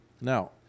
Now